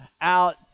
out